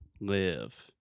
Live